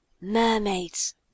Mermaids